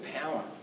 power